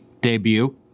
debut